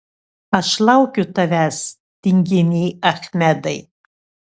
aš laukiu tavęs tinginy achmedai